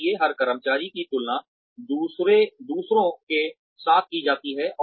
इसलिए हर कर्मचारी की तुलना दूसरों के साथ की जाती है